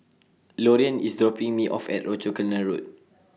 Loriann IS dropping Me off At Rochor Canal Road